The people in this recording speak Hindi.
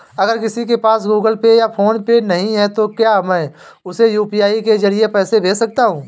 अगर किसी के पास गूगल पे या फोनपे नहीं है तो क्या मैं उसे यू.पी.आई के ज़रिए पैसे भेज सकता हूं?